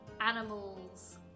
animals